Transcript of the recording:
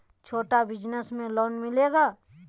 छोटा बिजनस में लोन मिलेगा?